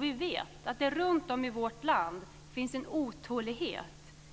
Vi vet att det runt om i vårt land finns en otålighet